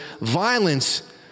violence